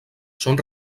són